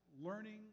Learning